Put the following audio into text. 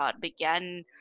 began